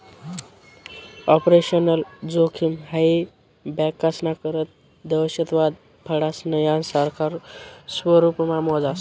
operational जोखिम हाई बँकास्ना करता दहशतवाद, फसाडणं, यासारखा स्वरुपमा मोजास